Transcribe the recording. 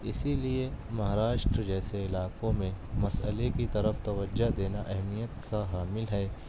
اسی لیے مہاراشٹر جیسے علاقوں میں مسئلے کی طرف توجہ دینا اہمیت کا حامل ہے